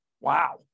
Wow